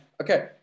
okay